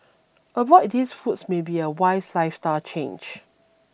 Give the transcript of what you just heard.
avoid these foods may be a wise lifestyle change